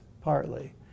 partly